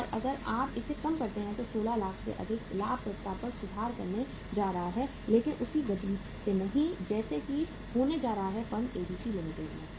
और अगर आप इसे कम करते हैं 16 लाख से अधिक लाभप्रदता में सुधार होने जा रहा है लेकिन उसी गति से नहीं जैसा कि होने जा रहा है फर्म एबीसी लिमिटेड में